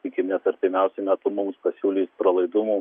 tikimės artimiausiu metu mums pasiūlys pralaidumo